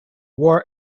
war